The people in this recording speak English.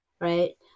Right